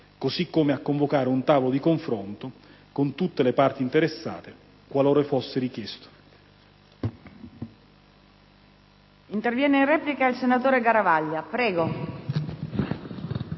così come a convocare un tavolo di confronto con tutte le parti interessate, qualora fosse richiesto.